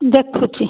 ଦେଖୁଛି